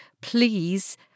please